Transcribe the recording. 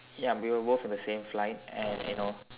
ya we were both in the same flight and you know